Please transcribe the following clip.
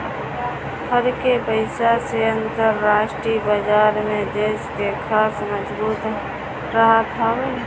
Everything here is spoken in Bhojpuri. कर के पईसा से अंतरराष्ट्रीय बाजार में देस के साख मजबूत रहत हवे